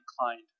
inclined